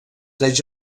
tres